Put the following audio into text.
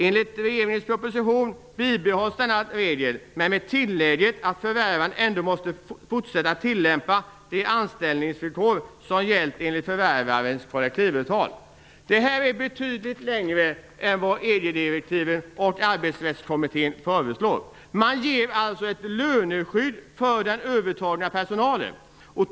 Enligt regeringens proposition bibehålls denna regel, men med tillägget att förvärvaren också måste fortsätta att tillämpa de anställningsvillkor som gällt enligt överlåtarens kollektivavtal. Detta går betydligt längre än vad EG-direktiven och Arbetsrättskommittén föreslår. Man ger alltså ett löneskydd för den övertagna personalen.